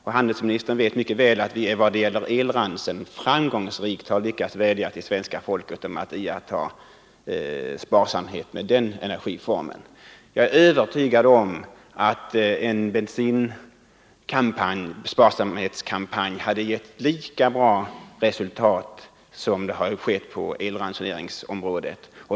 Handelsministern vet mycket väl att vi beträffande elkraften framgångsrikt lyckats vädja till svenska folket att iaktta sparsamhet. Jag är övertygad om att en sparsamhetskampanj för bensinen hade gett lika bra resultat som på elkraftsområdet.